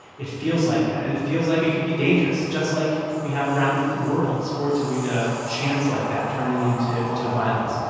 it feels like that. and it feels like it can be dangerous, just like we have around the world, sports arena chants like that turning into violence.